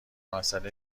مسئله